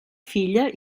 filla